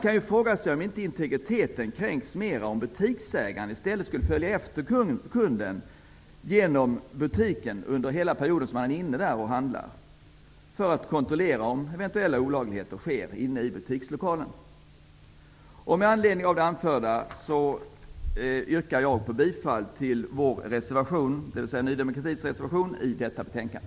Man kan fråga sig om integriteten inte kränks mera om butiksägaren i stället skulle följa efter kunden genom butiken hela tiden kunden är där och handlar; detta för att kontrollera om olagligheter sker inne i butikslokalen. Med anledning av det anförda yrkar jag bifall till Ny demokratis reservation i detta betänkande.